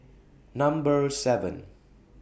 Number seven